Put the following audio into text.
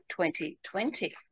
2020